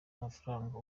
amafaranga